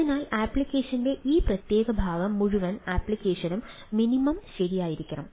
അതിനാൽ ആപ്ലിക്കേഷന്റെ ഈ പ്രത്യേക ഭാഗം മുഴുവൻ ആപ്ലിക്കേഷനും മിനിമം ശരിയായിരിക്കണം